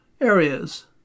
Areas